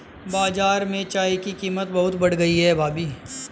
बाजार में चाय की कीमत बहुत बढ़ गई है भाभी